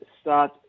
start